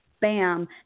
bam